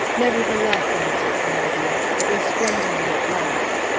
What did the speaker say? nevertheless, answered zenobia, it will strangle me at last!